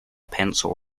pencil